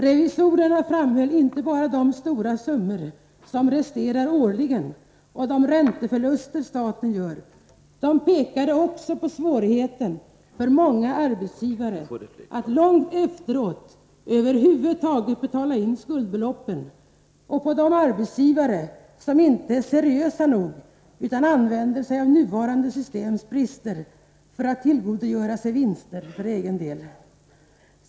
Revisorerna erinrade inte bara om de stora summor som resterar årligen och de ränteförluster som staten gör, utan de pekade också på svårigheten för många arbetsgivare att långt efteråt över huvud taget betala in skuldbeloppen och på de arbetsgivare som inte är seriösa nog utan använder sig av det nuvarande systemets brister för att tillgodogöra sig vinster för egen del.